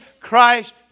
Christ